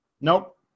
Nope